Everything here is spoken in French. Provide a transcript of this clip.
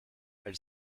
elle